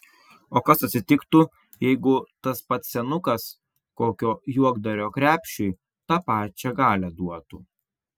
o kas atsitiktų jeigu tas pats senukas kokio juokdario krepšiui tą pačią galią duotų